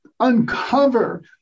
uncover